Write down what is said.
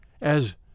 as